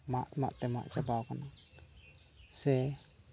ᱢᱟᱜ ᱢᱟᱜ ᱛᱮ ᱢᱟᱜ ᱪᱟᱵᱟᱣ ᱠᱟᱱᱟ ᱥᱮ